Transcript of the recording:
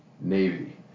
Navy